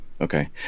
okay